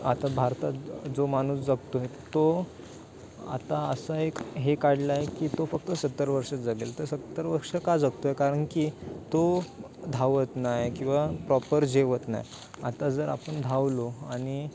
आता भारतात जो माणूस जगतोय तो आता असा एक हे काढलंय की तो फक्त सत्तर वर्षच जगेल तर सत्तर वर्ष का जगतोय कारण की तो धावत नाही किंवा प्रॉपर जेवत नाही आता जर आपण धावलो आणि